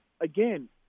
again